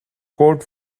goat